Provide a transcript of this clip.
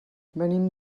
venim